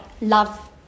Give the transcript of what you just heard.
love